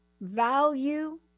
Value